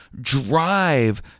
drive